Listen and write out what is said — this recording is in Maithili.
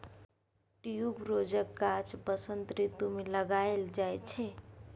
ट्युबरोजक गाछ बसंत रितु मे लगाएल जाइ छै